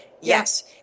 Yes